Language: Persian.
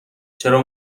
چرا